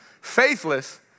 Faithless